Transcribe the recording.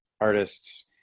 artists